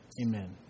Amen